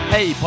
Hey